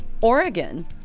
Oregon